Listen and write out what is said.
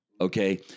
okay